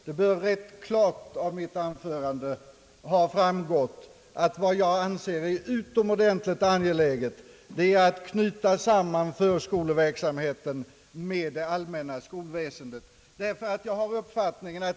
Det bör av mitt anförande klart ha framgått att jag ansåg det utomordentligt angeläget att knyta samman förskoleverksamheten med det allmänna skolväsendet.